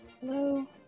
Hello